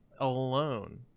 alone